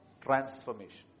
transformation